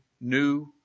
new